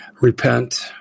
repent